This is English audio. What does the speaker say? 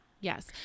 Yes